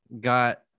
got